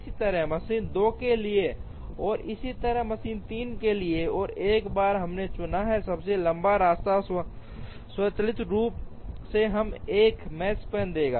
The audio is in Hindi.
इसी तरह मशीन 2 के लिए और इसी तरह मशीन 3 के लिए और एक बार हमने चुना है सबसे लंबा रास्ता स्वचालित रूप से हमें एक makespan देगा